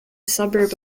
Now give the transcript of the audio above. suburb